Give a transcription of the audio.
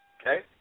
Okay